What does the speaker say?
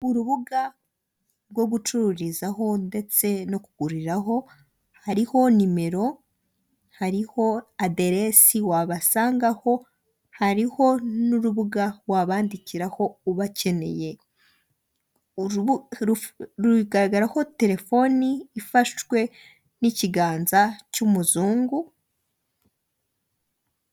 Urubuga rwo gucururizaho ndetse no kuguriraho hariho nimero, hariho aderesi wabasangaho, hariho n'urubuga wabandikiraho ubakeneye rugaragara ko telefoni ifashwe n'ikiganza cy'umuzungu.